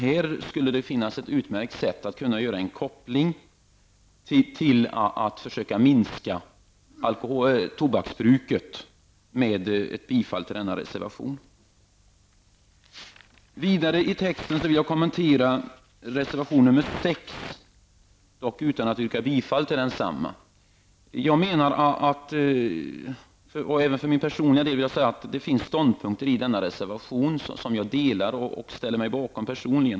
Här skulle finnas ett utmärkt sätt att göra en koppling till att försöka minska tobaksbruket genom ett bifall till denna reservation. Jag vill också kommentera reservation nr 6, dock utan att yrka bifall till densamma. För min personliga del vill jag säga att det finns ståndpunkter i denna reservation som jag delar och ställer mig bakom.